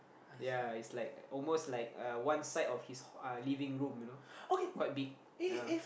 ya is like almost like uh one side of his uh living room you know quite big ya